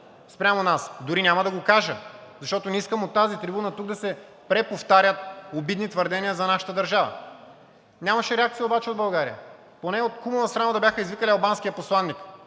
спрямо нас, дори няма да го кажа, защото не искам от тази трибуна тук да се преповтарят обидни твърдения за нашата държава. Нямаше реакция обаче от България. Поне от кумова срама да бяха извикали албанския посланик,